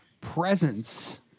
presence